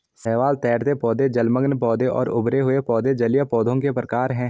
शैवाल, तैरते पौधे, जलमग्न पौधे और उभरे हुए पौधे जलीय पौधों के प्रकार है